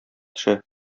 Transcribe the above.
төшә